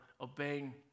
obeying